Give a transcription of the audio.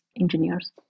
engineers